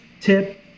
tip